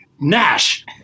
Nash